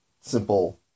simple